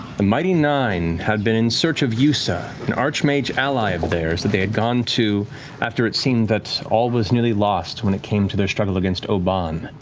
the mighty nein had been in search of yussa, an archmage ally of theirs, that they had gone to after it seemed that all was nearly lost when it came to their struggle against obann,